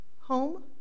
home